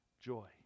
joy